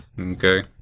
Okay